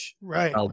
Right